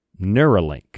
Neuralink